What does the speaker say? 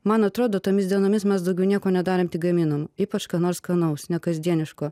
man atrodo tomis dienomis mes daugiau nieko nedarom tik gaminam ypač ką nors skanaus nekasdieniško